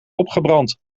opgebrand